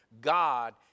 God